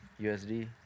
USD